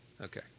Okay